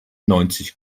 neunzig